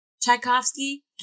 Tchaikovsky